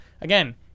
again